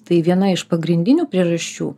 tai viena iš pagrindinių priežasčių